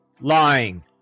lying